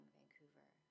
Vancouver